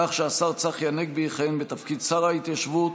כך שהשר צחי הנגבי יכהן בתפקיד שר ההתיישבות,